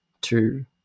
two